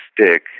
stick